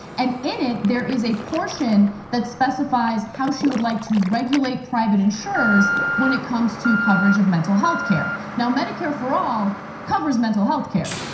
and in it, there is a portion that specifies how she would like to regulate private insurers when it comes to coverage of mental health care. now, medicare for all covers mental health care,